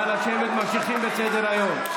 נא לשבת, ממשיכים בסדר-היום.